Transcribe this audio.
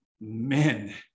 men